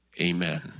amen